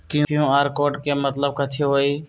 QR code के मतलब कथी होई?